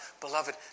beloved